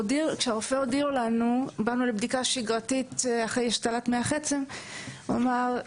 הגענו לבדיקה שגרתית לאחר השתלת מח עצם בבית החולים תל ---.